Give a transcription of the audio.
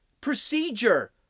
procedure